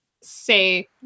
say